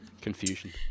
Confusion